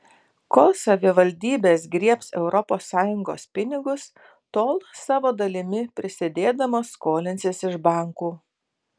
kol savivaldybės griebs europos sąjungos pinigus tol savo dalimi prisidėdamos skolinsis iš bankų